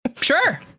Sure